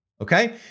Okay